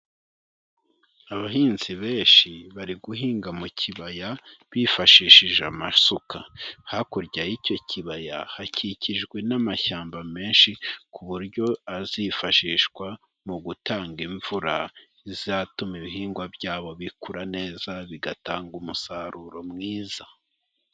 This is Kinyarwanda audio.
Abahinzi benshi bari guhinga mu kibaya bifashishije amasuka. Hakurya y'icyo kibaya hakikijwe n'amashyamba menshi, ku buryo azifashishwa mu gutanga imvura izatuma ibihingwa byabo bikura neza, bigatanga umusaruro mwiza.